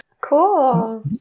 Cool